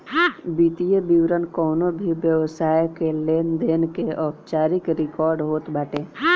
वित्तीय विवरण कवनो भी व्यवसाय के लेनदेन के औपचारिक रिकार्ड होत बाटे